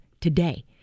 today